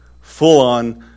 full-on